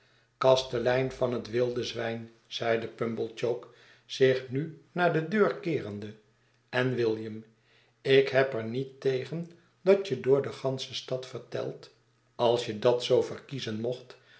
kastelein van het wilde zwijn zeide pumblechook zich nu naar de deur keerende en william ik heb er niet tegen dat je door de gansche stad vertelt als je dat zoo verkiezen mocht